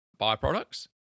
byproducts